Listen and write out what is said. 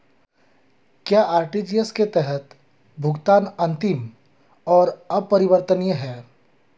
क्या आर.टी.जी.एस के तहत भुगतान अंतिम और अपरिवर्तनीय है?